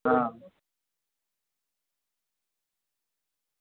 आं